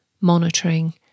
monitoring